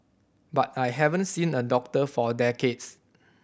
but I haven't seen a doctor for decades